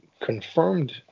confirmed